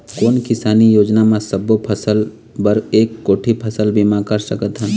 कोन किसानी योजना म सबों फ़सल बर एक कोठी फ़सल बीमा कर सकथन?